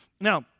Now